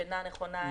שינה נכונה,